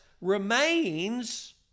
remains